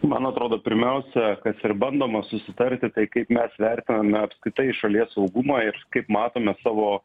man atrodo pirmiausia kas ir bandoma susitarti tai kaip mes vertiname apskritai šalies saugumą ir kaip matome savo